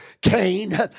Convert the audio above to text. Cain